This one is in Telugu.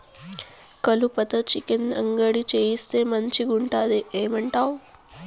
కలుపతో చికెన్ అంగడి చేయిస్తే మంచిగుంటది ఏమంటావు